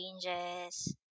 changes